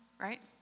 right